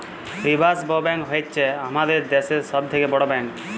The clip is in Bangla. রিসার্ভ ব্ব্যাঙ্ক হ্য়চ্ছ হামাদের দ্যাশের সব থেক্যে বড় ব্যাঙ্ক